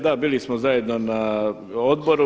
Da, bili smo zajedno na odboru.